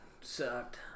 sucked